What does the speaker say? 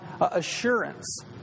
assurance